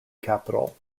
capital